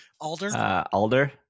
alder